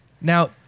Now